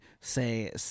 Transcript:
say